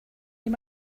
you